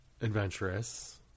adventurous